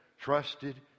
trusted